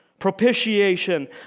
propitiation